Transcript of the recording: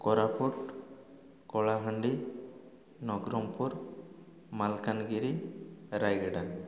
Koraput Kalahandi Nabarangpur Malkangiri Rayagada